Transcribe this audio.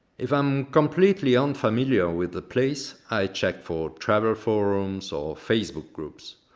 if i am completely unfamiliar with the place, i check for travel forums, or facebook groups,